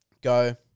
Go